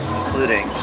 including